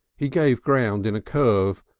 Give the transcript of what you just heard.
he gave ground in a curve,